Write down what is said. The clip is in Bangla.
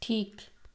ঠিক